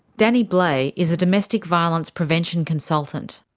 danny blay is a domestic violence prevention consultant.